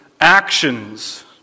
actions